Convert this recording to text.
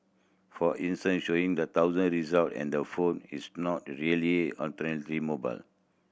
for instance showing the thousand results on the phone is not really authentically mobile